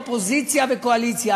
אופוזיציה וקואליציה,